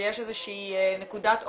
ושיש איזושהי נקודת אור,